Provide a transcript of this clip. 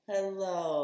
Hello